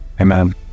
amen